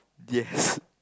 yes